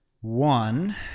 One